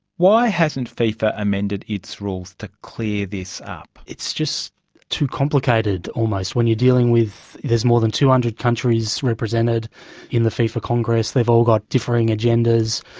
why hasn't fifa amended its rules to clear this up? it's just too complicated almost when you're dealing with, there's more than two hundred countries represented in the fifa congress, they've all got differing agendas.